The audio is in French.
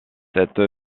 cette